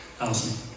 Alison